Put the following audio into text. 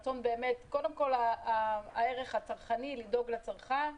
קודם כל הערך הצרכני, לדאוג לצרכן,